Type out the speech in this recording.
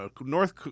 North